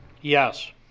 Yes